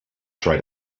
try